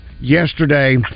yesterday